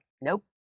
nope